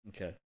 Okay